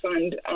Fund